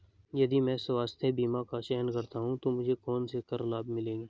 यदि मैं स्वास्थ्य बीमा का चयन करता हूँ तो मुझे कौन से कर लाभ मिलेंगे?